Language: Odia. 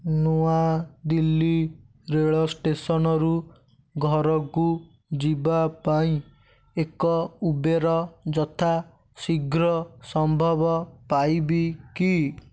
ନୂଆ ଦିଲ୍ଲୀ ରେଳ ଷ୍ଟେସନରୁ ଘରକୁ ଯିବା ପାଇଁ ଏକ ଉବେର ଯଥା ଶୀଘ୍ର ସମ୍ଭବ ପାଇବି କି